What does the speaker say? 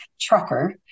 trucker